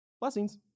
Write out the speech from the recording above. Blessings